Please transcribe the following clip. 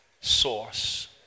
source